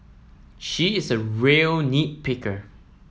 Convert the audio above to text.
he is a real nit picker